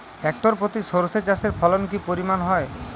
Hectare প্রতি সর্ষে চাষের ফলন কি পরিমাণ হয়?